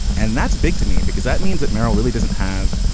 and that's big to me, because that means that merryl really doesn't have,